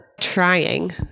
trying